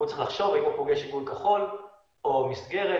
הוא צריך לחשוב אם הוא פוגש עיגול כחול או מסגרת.